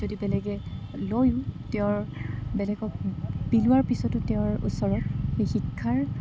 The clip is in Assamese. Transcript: যদি বেলেগে লয়ো তেওঁৰ বেলেগক বিলোৱাৰ পিছতো তেওঁৰ ওচৰত সেই শিক্ষাৰ